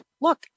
look